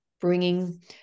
bringing